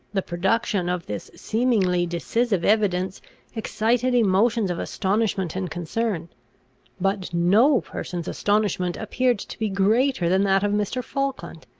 the production of this seemingly decisive evidence excited emotions of astonishment and concern but no person's astonishment appeared to be greater than that of mr. falkland.